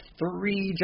three